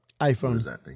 iPhone